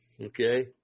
Okay